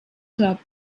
club